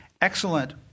excellent